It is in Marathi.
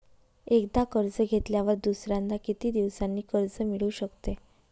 एकदा कर्ज घेतल्यावर दुसऱ्यांदा किती दिवसांनी कर्ज मिळू शकते?